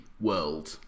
world